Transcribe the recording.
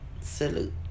Salute